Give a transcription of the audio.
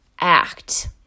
act